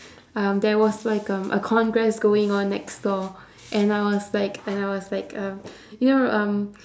um there was like um a congress going on next door and I was like and I was like um you know um